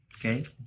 okay